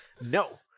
No